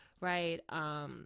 right